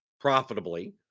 profitably